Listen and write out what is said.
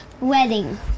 wedding